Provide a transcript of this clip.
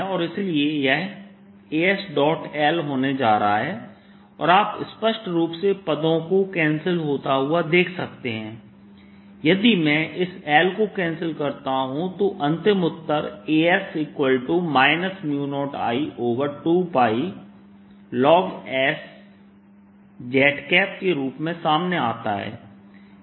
और इसलिए यह Al होने जा रहा है और आप स्पष्ट रूप से पदों को कैंसिल होता हुआ देख सकते हैंयदि मैं इस l को कैंसिल करता हूं तो अंतिम उत्तर As 0I2πlns z के रूप में सामने आता है